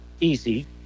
easy